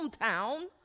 hometown